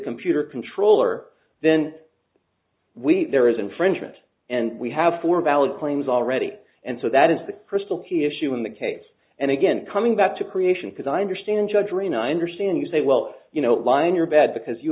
computer controller then we there is a infringement and we have four valid claims already and so that is the crystal key issue in the case and again coming back to creation because i understand judge arena understand you say well you know line you're bad because you